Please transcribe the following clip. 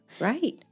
right